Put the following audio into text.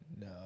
No